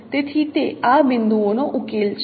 તેથી તે આ બિંદુઓનો ઉકેલ છે